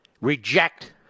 reject